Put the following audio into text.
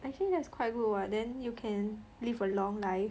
actually that's quite good what then you can live a long life